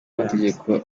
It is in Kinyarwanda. amategeko